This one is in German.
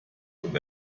zum